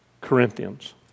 Corinthians